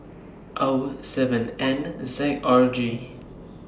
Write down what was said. O seven N Z R G